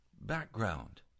background